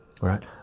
right